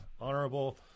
honorable